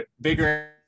bigger